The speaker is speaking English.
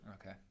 Okay